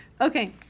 Okay